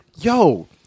Yo